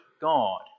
God